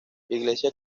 iglesia